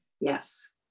Yes